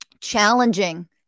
challenging